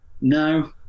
No